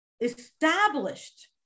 established